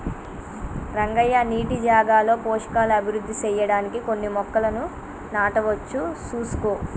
రంగయ్య నీటి జాగాలో పోషకాలు అభివృద్ధి సెయ్యడానికి కొన్ని మొక్కలను నాటవచ్చు సూసుకో